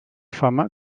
fama